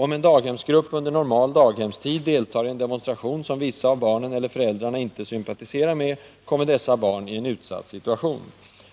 Om en daghemsgrupp under normal daghemstid deltar i en demonstration som vissa av barnen eller föräldrarna inte sympatiserar med kommer dessa barn i en utsatt situation.